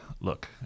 look